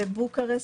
ובוקרשט,